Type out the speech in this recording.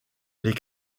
les